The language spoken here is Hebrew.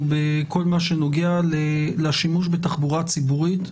בכל מה שנוגע לשימוש בתחבורה ציבורית,